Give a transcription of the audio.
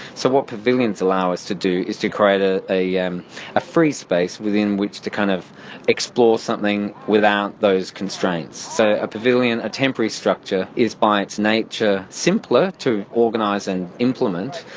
so what pavilions allow us to do is to create ah a yeah um a free space within which to kind of explore something without those constraints. so a pavilion, a temporary structure is by its nature simpler to organise and implement,